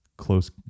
close